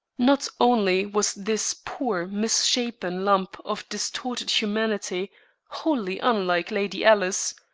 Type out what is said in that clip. not only was this poor misshapen lump of distorted humanity wholly unlike lady alice,